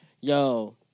Yo